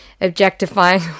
objectifying